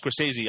Scorsese